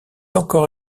encore